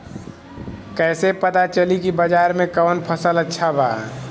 कैसे पता चली की बाजार में कवन फसल अच्छा बा?